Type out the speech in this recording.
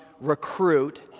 recruit